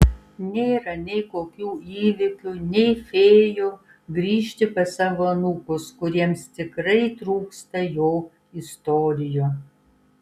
nėra nei kokių įvykių nei fėjų grįžti pas savo anūkus kuriems tikrai trūksta jo istorijų